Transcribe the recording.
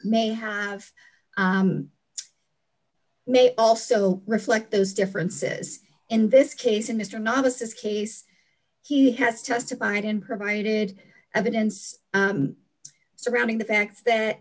may have may also reflect those differences in this case in mr novices case he has testified and provided evidence surrounding the fact that